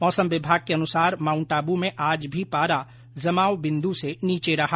मौसम विभाग के अनुसार माउंट आबू में आज भी पारा जमाव बिन्द्र से नीचे रहा